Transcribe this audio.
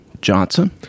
Johnson